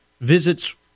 visits